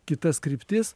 kitas kryptis